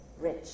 rich